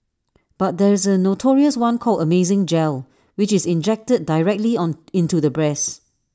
but there is A notorious one called amazing gel which is injected directly on into the breasts